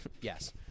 Yes